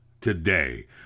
today